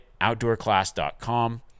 outdoorclass.com